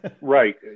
Right